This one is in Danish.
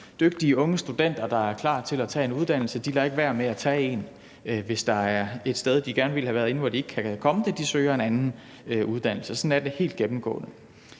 Dygtige unge studenter, der er klar til at tage en uddannelse, lader ikke være med at tage en uddannelse, hvis der er et sted, de gerne ville have været ind, hvor de ikke kan komme det; de søger en anden uddannelse. Sådan er det helt gennemgående.